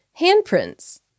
Handprints